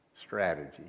strategy